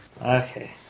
Okay